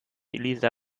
elisa